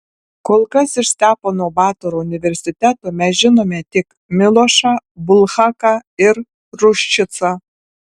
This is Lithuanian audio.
kol kas iš stepono batoro universiteto mes žinome tik milošą bulhaką ir ruščicą